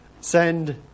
send